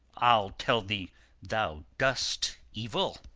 i'll tell thee thou dost evil.